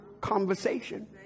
conversation